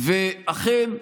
ואכן,